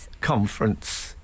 conference